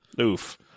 Oof